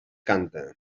canta